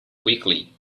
quickly